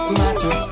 matter